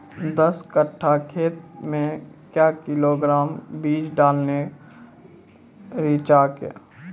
दस कट्ठा खेत मे क्या किलोग्राम बीज डालने रिचा के?